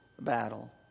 battle